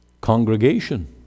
congregation